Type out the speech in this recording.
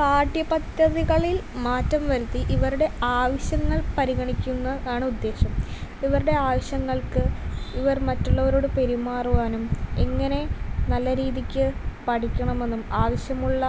പാഠ്യപദ്ധതികളിൽ മാറ്റം വരുത്തി ഇവരുടെ ആവശ്യങ്ങൾ പരിഗണിക്കുന്നതാണ് ഉദ്ദേശം ഇവരുടെ ആവശ്യങ്ങൾക്ക് ഇവർ മറ്റുള്ളവരോട് പെരുമാറുവാനും എങ്ങനെ നല്ല രീതിയ്ക്ക് പഠിക്കണമെന്നും ആവശ്യമുള്ള